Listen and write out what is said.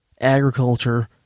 agriculture